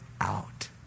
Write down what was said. out